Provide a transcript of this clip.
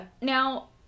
Now